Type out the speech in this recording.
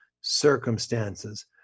circumstances